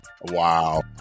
Wow